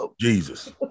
Jesus